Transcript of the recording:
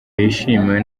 yishimiwe